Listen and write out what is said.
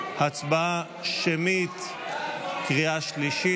הצבעה שמית, קריאה שלישית.